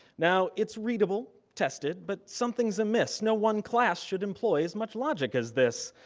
now, it's readable, tested, but something's amiss. no one class should employ as much logic as this.